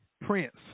Prince